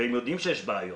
והם יודעים שיש בעיות.